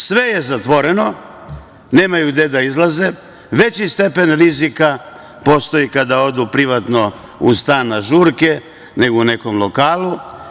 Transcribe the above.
Sve je zatvoreno, nemaju gde da izlaze, veći stepen rizika postoji kada odu privatno u stan na žurke, nego u nekom lokalu.